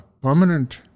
permanent